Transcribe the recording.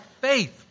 faith